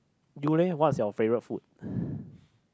you leh what is your favourite food